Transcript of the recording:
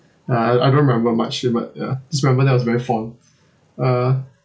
uh I don't remember much uh but ya just remember that was very fond uh